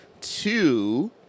Two